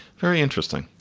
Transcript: very interesting.